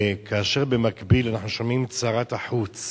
וכאשר במקביל אנחנו שומעים את שרת החוץ